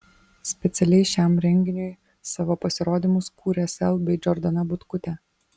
specialiai šiam renginiui savo pasirodymus kūrė sel bei džordana butkutė